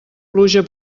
pluja